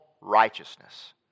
righteousness